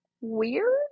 weird